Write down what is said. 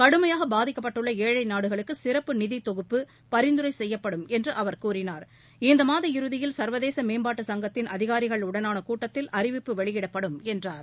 கடுமையாகபாதிக்கப்பட்டுள்ளஏழைநாடுகளுக்குசிறப்பு நிதிதொகுப்பு பரிந்துரைசெய்யப்படும் என்றுஅவர் கூறினார் இந்தமாத இறுதியில் சர்வதேசமேம்பாட்டு சங்கத்தின் அதிகாரிகளுடனானகூட்டத்தில் அறிவிப்பு வெளியிடப்படும் என்றார்